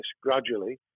gradually